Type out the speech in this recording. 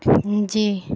جی